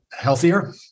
healthier